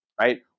right